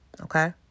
okay